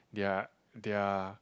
they are they are